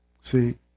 See